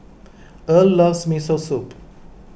Earl loves Miso Soup